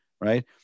Right